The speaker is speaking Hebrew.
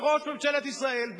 וראש ממשלת ישראל,